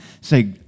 say